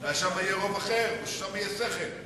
שם יהיה רוב אחר, שם יהיה שכל.